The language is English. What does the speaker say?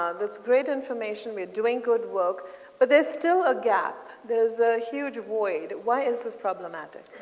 um this great information we are doing good work but there's still a gap. there's a huge void. why is this problematic?